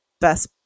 best